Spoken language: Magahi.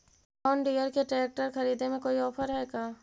जोन डियर के ट्रेकटर खरिदे में कोई औफर है का?